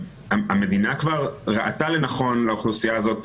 המדינה כבר ראתה לנכון להעניק לאוכלוסייה הזאת